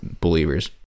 believers